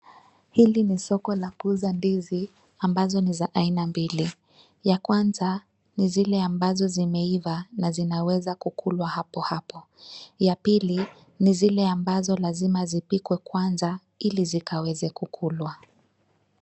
Hili ni soko la kuuza ndizi ambazo ni za aina mbili. Ya kwanza, ni zile ambazo zimeiva na zinaweza kukulwa hapo hapo. Ya pili, ni zile ambazo lazima zipikwe kwanza ili zikaweze kukulwa.